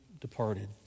departed